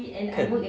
kan